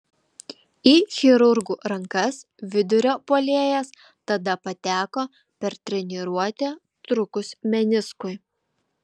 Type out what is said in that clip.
į chirurgų rankas vidurio puolėjas tada pateko per treniruotę trūkus meniskui